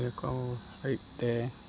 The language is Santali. ᱦᱟᱨᱤᱡ ᱛᱮ